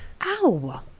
Ow